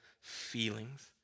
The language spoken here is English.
feelings